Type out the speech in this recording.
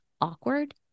awkward